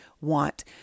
want